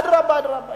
אדרבה ואדרבה.